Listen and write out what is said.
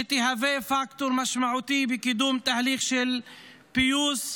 שתהווה פקטור משמעותי בקידום תהליך של פיוס,